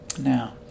now